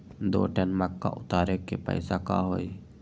दो टन मक्का उतारे के पैसा का होई?